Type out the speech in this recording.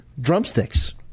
drumsticks